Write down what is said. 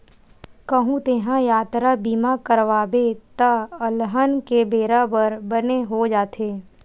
कहूँ तेंहा यातरा बीमा करवाबे त अलहन के बेरा बर बने हो जाथे